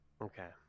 Okay